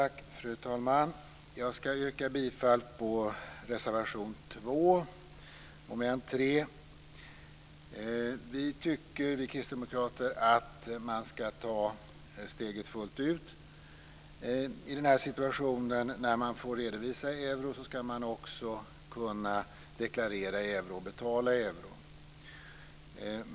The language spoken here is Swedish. Fru talman! Jag yrkar bifall till reservation 2 under mom. 3. Vi kristdemokrater tycker att man ska ta steget fullt ut. I en situation där man får redovisa i euro ska man också kunna deklarera och betala i euro.